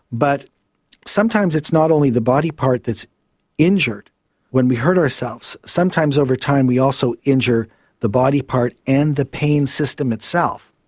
but sometimes it's not only the body part that's injured when we hurt ourselves, sometimes over time we also injure the body part and the pain system itself.